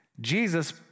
Jesus